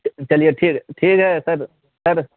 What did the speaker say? چلیے ٹھیک ٹھیک ہے سر سر